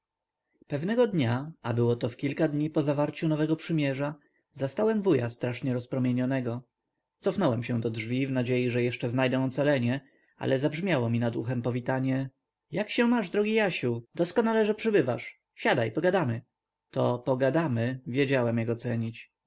pewnego dnia a było to w kilka dni po zawarciu nowego przymierza zastałem wuja strasznie rozpromienionego cofnąłem się do drzwi w nadziei że jeszcze znajdę ocalenie ale zabrzmiało mi nad uchem powitanie jak się masz drogi jasiu doskonale że przybywasz siadaj pogadamy to pogadamy wiedziałem jak ocenić